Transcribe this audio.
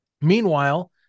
Meanwhile